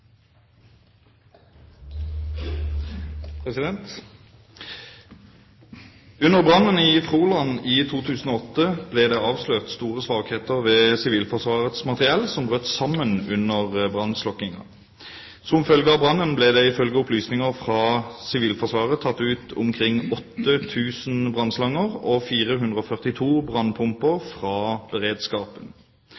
brannen i Froland i 2008 ble det avslørt store svakheter ved Sivilforsvarets materiell som brøt sammen under brannslokkingen. Som følge av brannen ble det ifølge opplysninger fra Sivilforsvaret tatt ut omkring 8 000 brannslanger og 442